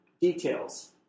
details